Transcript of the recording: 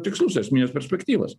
tikslus esmines perspektyvas